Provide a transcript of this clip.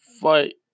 fight